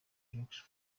josh